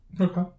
okay